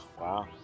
Wow